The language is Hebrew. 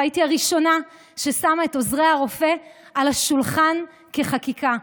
והייתי הראשונה ששמה את עוזרי הרופא על השולחן כחקיקה.